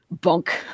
Bunk